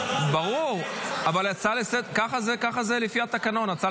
הסדר, לפי מה שמעודכן אצלי.